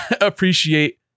appreciate